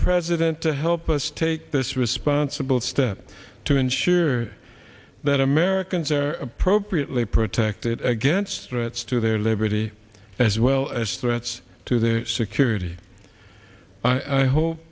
president to help us take this responsible step to ensure that americans are appropriately protected against threats to their liberty as well as threats to their security i hope